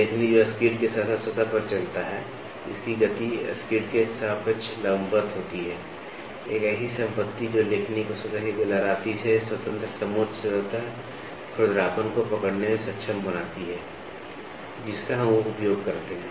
लेखनी जो स्किड के साथ साथ सतह पर चलता है इसकी गति स्किड के सापेक्ष लंबवत होती है एक ऐसी संपत्ति जो लेखनी को सतह की लहराती से स्वतंत्र समोच्च सतह खुरदरापन को पकड़ने में सक्षम बनाती है जिसका हम उपयोग करते हैं